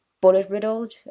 bullet-riddled